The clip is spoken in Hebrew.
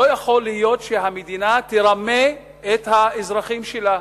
לא יכול להיות שהמדינה תרמה את האזרחים שלה.